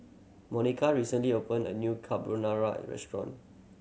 Monika recently opened a new Carbonara Restaurant